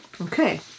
okay